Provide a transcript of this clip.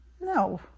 No